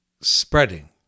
spreading